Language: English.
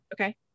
Okay